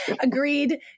agreed